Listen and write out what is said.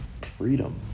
freedom